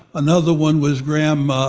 another one was graham,